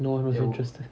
no one was interested